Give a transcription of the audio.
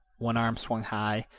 one arm swung high,